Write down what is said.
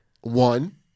one